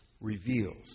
reveals